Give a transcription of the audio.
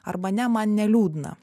arba ne man neliūdna